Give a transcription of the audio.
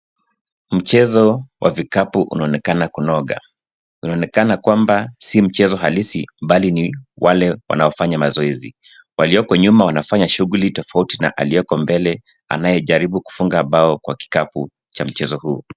Mchezo wa vikapu unaonekana kunoga, unaonekana kwamba si mchezo halisi bali ni wale wanaofanya mazoezi. walioko nyuma wanafanya shughuli tofauti na aliyekombele anayejaribu kufunga bao kwa kikapu cha mchezo huu.